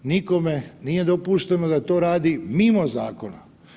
Nikome nije dopušteno da to radi mimo zakona.